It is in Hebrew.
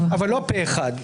אבל לא פה אחד.